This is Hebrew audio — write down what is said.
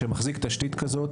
שמחזיק תשתית כזאת.